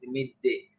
midday